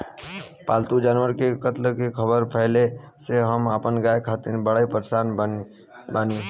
पाल्तु जानवर के कत्ल के ख़बर फैले से हम अपना गाय खातिर बड़ी परेशान बानी